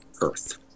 Earth